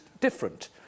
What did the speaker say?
different